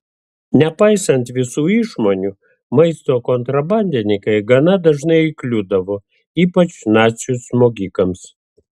nepaisant visų išmonių maisto kontrabandininkai gana dažnai įkliūdavo ypač nacių smogikams